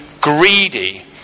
greedy